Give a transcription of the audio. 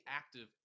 active